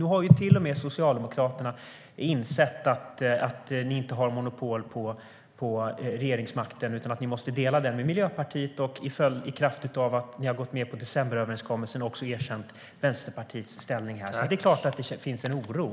Nu har till och med Socialdemokraterna insett att man inte har monopol på regeringsmakten utan att den måste delas med Miljöpartiet, och i kraft av decemberöverenskommelsen har man också erkänt Vänsterpartiets ställning. Det är klart att det finns en oro i samhället.